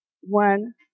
One